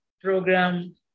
program